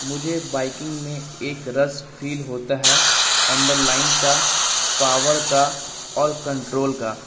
مجھے بائکنگ میں ایک رس فیل ہوتا ہے انڈر لائن کا پاور کا اور کنٹرول کا